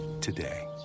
today